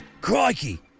Crikey